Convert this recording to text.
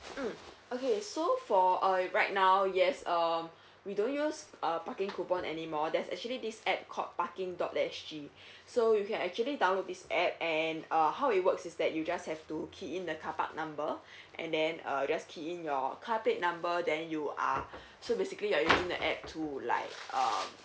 mm okay so for uh right now yes um we don't use uh parking coupon anymore there's actually this app called parking dot S G so you can actually download this app and uh how it works is that you just have to key in the carpark number and then uh just key in your car plate number then you are so basically you're using the app to like um